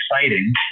exciting